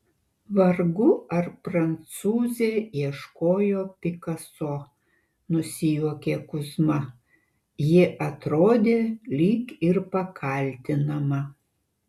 vargu ar prancūzė ieškojo pikaso nusijuokė kuzma ji atrodė lyg ir pakaltinama